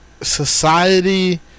society